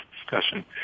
discussion